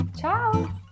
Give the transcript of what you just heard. Ciao